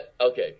Okay